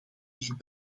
dit